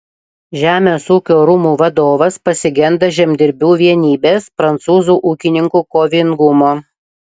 žemės ūkio rūmų vadovas pasigenda žemdirbių vienybės prancūzų ūkininkų kovingumo